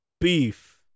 Beef